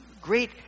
great